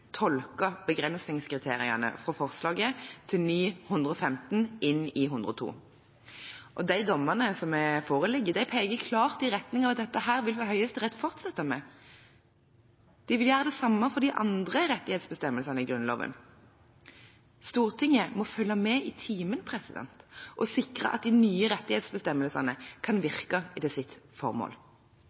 begrensningskriteriene fra forslaget til ny § 115 inn i § 102. De dommene som foreligger, peker klart i retning av at dette vil Høyesterett fortsette med, at de vil gjøre det samme for de andre rettighetsbestemmelsene i Grunnloven. Stortinget må følge med i timen og sikre at de nye rettighetsbestemmelsene kan virke etter sitt formål.